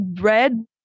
red